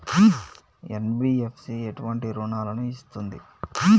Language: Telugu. ఎన్.బి.ఎఫ్.సి ఎటువంటి రుణాలను ఇస్తుంది?